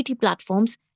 platforms